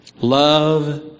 Love